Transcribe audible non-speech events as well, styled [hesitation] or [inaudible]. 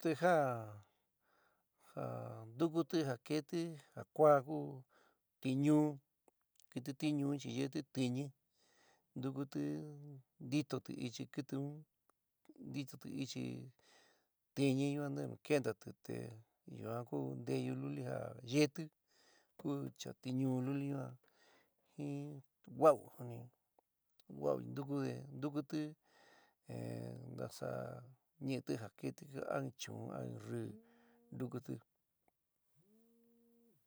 Te jaa ja ntukuti ja keéti ja kua kuú tiñuú, kɨtɨ tiñuú un chi yeéti tɨñi ntukuti ntitoti ichi kɨtɨ un ntitotɨ ichi tɨñɨ yuan ntenu keéntati te te yuan ku nteyú luli ja yeéti ku cha tiñuú luli yuan jin va'u suni, va'u ntukude ntukuti [hesitation] ntasa nɨítɨ ja keéti a in chuún, a in rrií, ntukuti.